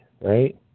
right